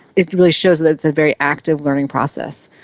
it really shows that it's a very active learning process.